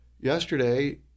yesterday